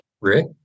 Rick